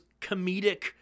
comedic